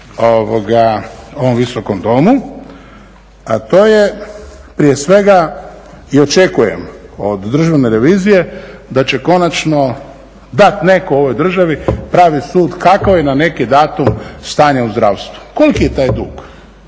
ovom Visokom domu, a to je prije svega i očekujem od Državne revizije da će konačno dat netko u ovoj državi pravi sud kako je na neki datum stanje u zdravstvu. Koliki je taj dug?